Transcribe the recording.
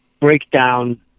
breakdown